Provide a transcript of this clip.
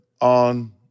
on